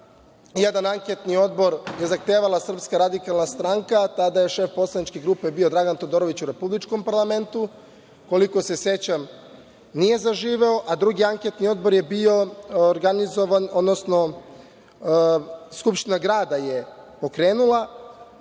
Jedan anketni odbor je zahtevala SRS, a tada je šef poslaničke grupe bio Dragan Todorović u Republičkom parlamentu. Koliko se sećam, nije zaživeo, a drugi anketni odbor je bio organizovan, odnosno Skupština grada je pokrenula.